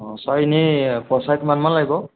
অঁ ছাৰ এনেই পইচা কিমানমান লাগিব